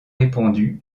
répandu